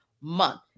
month